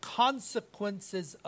consequences